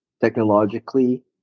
technologically